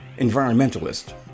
environmentalist